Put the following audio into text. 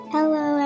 Hello